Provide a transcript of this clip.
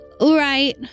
Right